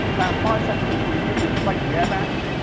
about five seconds before you hit, you inflate the airbags,